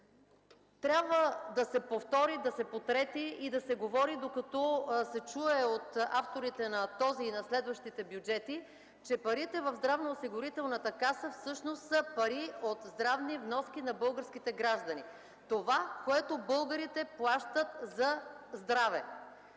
Трябва да се повтори, да се потрети и да се говори, докато се чуе от авторите на този и на следващите бюджети, че парите в Здравноосигурителната каса всъщност са пари от здравни вноски на българските граждани, това, което българите плащат за здраве.